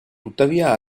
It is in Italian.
tuttavia